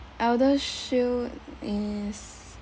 elder shield is